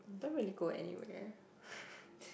don't really go anywhere